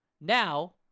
Now